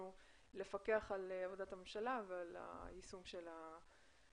לפקח על עבודת הממשלה ועל יישום החוק.